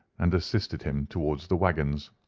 and assisted him towards the waggons.